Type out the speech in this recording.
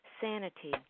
sanity